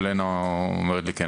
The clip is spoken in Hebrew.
ולנה אומרת לי "כן".